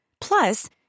Plus